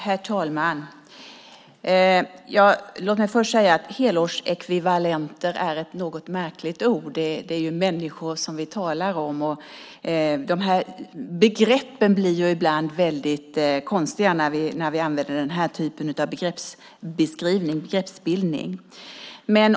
Herr talman! Låt mig först säga att helårsekvivalenter är ett något märkligt ord. Det är människor som vi talar om. Begreppen blir ibland väldigt konstiga när vi använder den här typen av begreppsbeskrivning och begreppsbildning.